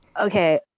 okay